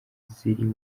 ziri